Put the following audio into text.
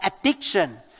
addiction